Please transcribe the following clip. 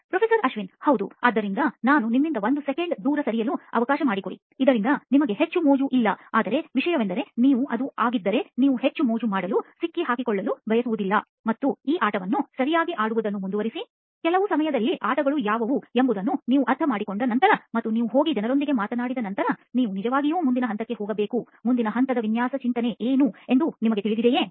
professor Ashwin ಹೌದು ಆದ್ದರಿಂದ ನಾನು ನಿಮ್ಮಿಂದ ಒಂದು ಸೆಕೆಂಡ್ ದೂರ ಸರಿಯಲು ಅವಕಾಶ ಮಾಡಿಕೊಡಿ ಇದರಿಂದ ನಿಮಗೆ ಹೆಚ್ಚು ಮೋಜು ಇಲ್ಲ ಆದರೆ ವಿಷಯವೆಂದರೆ ನೀವು ಅದು ಆಗಿದ್ದರೆ ನೀವು ಹೆಚ್ಚು ಮೋಜು ಮಾಡಲು ಸಿಕ್ಕಿಹಾಕಿಕೊಳ್ಳಲು ಬಯಸುವುದಿಲ್ಲ ಮತ್ತು ಈ ಆಟವನ್ನು ಸರಿಯಾಗಿ ಆಡುವುದನ್ನು ಮುಂದುವರಿಸಿ ಕೆಲವು ಸಮಯದಲ್ಲಿ ಆಟಗಳು ಯಾವುವು ಎಂಬುದನ್ನು ನೀವು ಅರ್ಥಮಾಡಿಕೊಂಡ ನಂತರ ಮತ್ತು ನೀವು ಹೋಗಿ ಜನರೊಂದಿಗೆ ಮಾತನಾಡಿದ ನಂತರ ನೀವು ನಿಜವಾಗಿಯೂ ಮುಂದಿನ ಹಂತಕ್ಕೆ ಹೋಗಬೇಕು ಮುಂದಿನ ಹಂತದ ವಿನ್ಯಾಸ ಚಿಂತನೆ ಏನು ಎಂದು ನಿಮಗೆ ತಿಳಿದಿದೆಯೇ